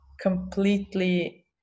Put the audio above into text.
completely